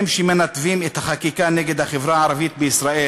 הם שמנתבים את החקיקה נגד החברה הערבית בישראל